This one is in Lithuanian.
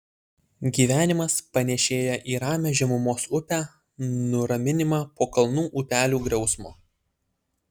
gyvenimas panėšėja į ramią žemumos upę nuraminimą po kalnų upelių griausmo